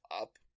up